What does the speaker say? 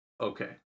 okay